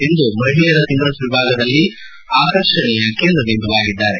ಸಿಂಧೂ ಮಹಿಳೆಯರ ಸಿಂಗಲ್ಲ್ ವಿಭಾಗದಲ್ಲಿ ಆಕರ್ಷಣೆಯ ಕೇಂದ್ರ ಬಿಂದುವಾಗಿದ್ದಾರೆ